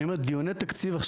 אני אומר דיוני תקציב.